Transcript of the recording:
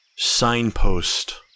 Signpost